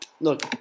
Look